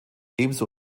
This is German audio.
ebenso